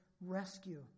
rescue